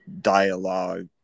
dialogue